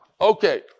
Okay